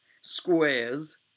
Squares